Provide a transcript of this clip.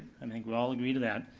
um think we all agree to that.